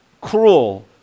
cruel